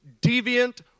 deviant